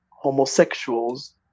homosexuals